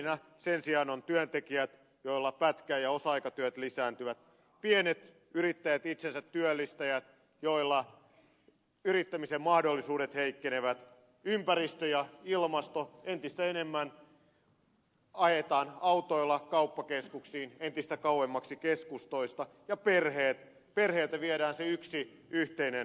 häviäjinä sen sijaan ovat työntekijät joilla pätkä ja osa aikatyöt lisääntyvät pienyrittäjät itsensä työllistäjät joilla yrittämisen mahdollisuudet heikkenevät ympäristö ja ilmasto kun entistä enemmän ajetaan autoilla kauppakeskuksiin entistä kauemmaksi keskustoista ja perheet perheiltä viedään se yksikin yhteinen vapaapäivä